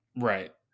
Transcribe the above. Right